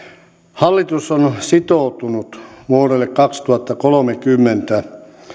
hallitus on sitoutunut vuodelle kaksituhattakolmekymmentä